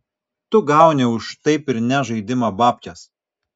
tu gauni už taip ir ne žaidimą bapkes